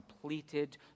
completed